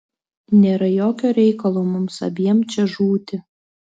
nėra jokio reikalo mums abiem čia žūti